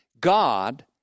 God